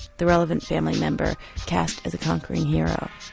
the relevant family member cast as a conquering hero.